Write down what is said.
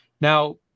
Now